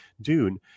dune